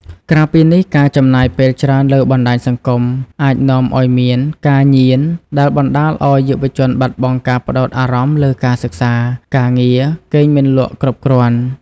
ក្រៅពីនេះការចំណាយពេលច្រើនលើបណ្តាញសង្គមអាចនាំឲ្យមាន ការញៀន ដែលបណ្តាលឲ្យយុវជនបាត់បង់ការផ្តោតអារម្មណ៍លើការសិក្សា ការងារ គេងមិនលក់គ្រប់គ្រាន់ ។